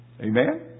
Amen